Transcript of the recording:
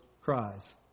cries